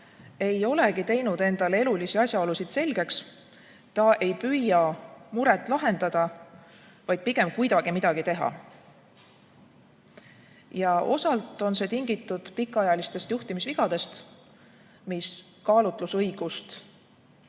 ei olegi endale elulisi asjaolusid selgeks teinud. Ta ei püüa muret lahendada, vaid pigem kuidagi midagi teha. Osalt on see tingitud pikaajalistest juhtimisvigadest, mis kaalutlusõigust,